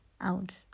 out